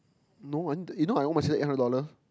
no I need to you know I owe my sis eight hundred dollar